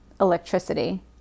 electricity